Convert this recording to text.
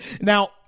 Now